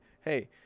Hey